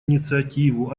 инициативу